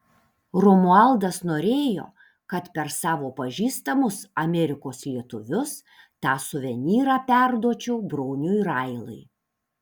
romualdas norėjo kad per savo pažįstamus amerikos lietuvius tą suvenyrą perduočiau broniui railai